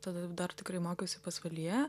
tada dar tikrai mokiausi pasvalyje